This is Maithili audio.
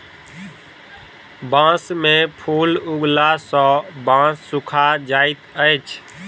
बांस में फूल उगला सॅ बांस सूखा जाइत अछि